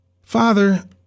Father